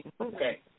Okay